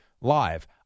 live